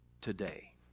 today